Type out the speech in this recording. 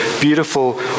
beautiful